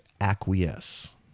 acquiesce